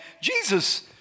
Jesus